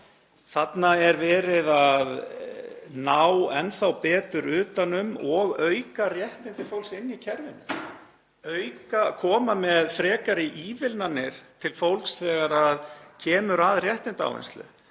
Þarna er verið að ná enn þá betur utan um og auka réttindi fólks inni í kerfinu, koma með frekari ívilnanir til fólks þegar kemur að réttindaávinnslu.